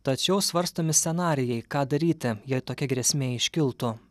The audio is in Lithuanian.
tačiau svarstomi scenarijai ką daryti jei tokia grėsmė iškiltų